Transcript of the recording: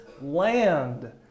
land